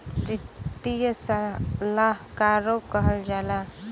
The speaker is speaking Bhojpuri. वित्तीय सलाहकारो कहल जाला